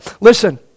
Listen